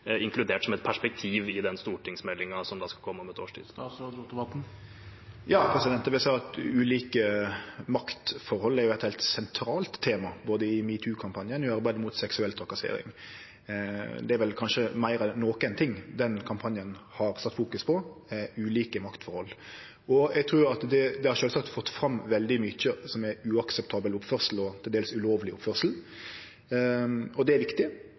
inkludert som et perspektiv i den stortingsmeldingen som skal komme om et års tid. Eg vil seie at ulike maktforhold er eit heilt sentralt tema både i metoo-kampanjen og i arbeidet mot seksuell trakassering. Det er vel kanskje meir enn noko det den kampanjen har fokusert på – ulike maktforhold. Eg trur at der har det kome fram veldig mykje som er uakseptabel oppførsel og til dels ulovleg oppførsel. Det er viktig.